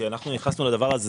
כשאנחנו נכנסנו לדבר הזה,